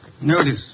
Notice